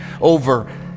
over